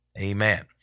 Amen